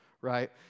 right